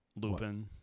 Lupin